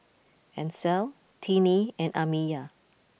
Ancel Tinnie and Amiyah